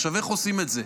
עכשיו, איך עושים את זה?